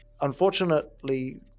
unfortunately